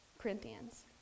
Corinthians